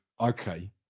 okay